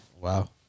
Wow